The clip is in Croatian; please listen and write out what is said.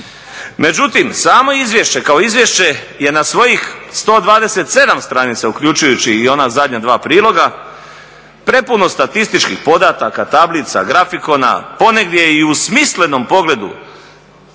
Međutim, samo izvješće kao izvješće je na svojih 127 stranica uključujući i ona zadnja dva priloga prepuno statističkih podataka, tablica, grafikona, ponegdje i u smislenom pogledu